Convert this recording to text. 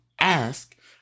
ask